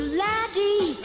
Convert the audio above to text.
laddie